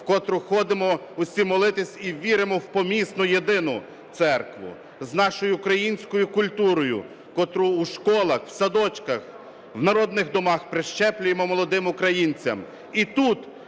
в котру ходимо усі молитись і віримо в помісну єдину церкву, з нашою українською культурою, котру у школах, в садочках, в народних домах прищеплюємо молодим українцям і тут,